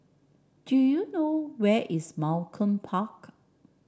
do you know where is Malcolm Park